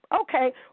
Okay